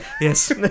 yes